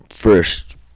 First